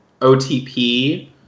OTP